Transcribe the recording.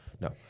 No